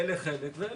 אין חלק.